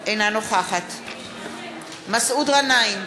אינה נוכחת מסעוד גנאים,